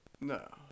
No